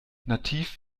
nativ